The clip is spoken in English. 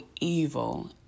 evil